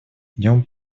днем